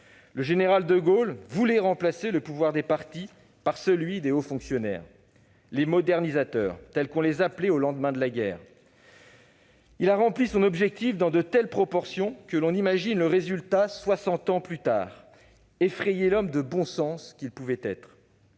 Le général de Gaulle voulait remplacer le pouvoir des partis par celui des hauts fonctionnaires :« les modernisateurs », tels qu'on les appelait au lendemain de la guerre. Il a rempli son objectif dans de telles proportions que l'on imagine le résultat, soixante ans plus tard : effrayer l'homme de bon sens qu'il était.